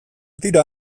dira